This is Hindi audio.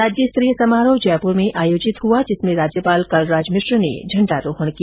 राज्यस्तरीय समारोह जयपुर में आयोजित हुआ जिसमें राज्यपाल कलराज मिश्र ने झंडारोहण किया